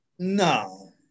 No